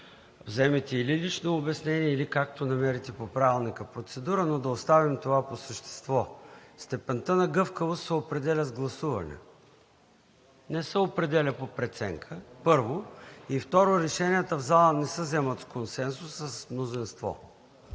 вземете или лично обяснение, или каквато намерите процедура по Правилника. Но да оставим това, по същество степента на гъвкавост се определя с гласуване, не се определя по преценка, първо. И второ, решенията в залата не се вземат с консенсус, а с мнозинство.